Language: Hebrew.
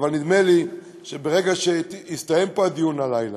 אבל נדמה לי שברגע שיסתיים פה הדיון הלילה,